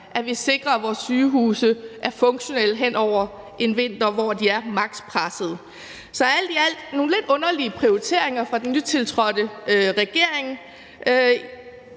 at vi sikrer, at vores sygehuse er funktionelle hen over en vinter, hvor de er maks. pressede. Så alt i alt er det nogle lidt underlige prioriteringer fra den nytiltrådte regerings